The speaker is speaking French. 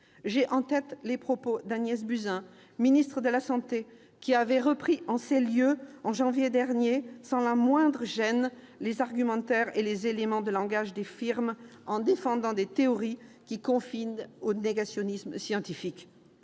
J'ai en tête les propos d'Agnès Buzyn, ministre des solidarités et de la santé, qui avait repris en ces lieux, en janvier dernier, sans la moindre gêne, les argumentaires et les éléments de langage des firmes, en défendant des théories qui confinent au négationnisme scientifique.